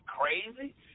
crazy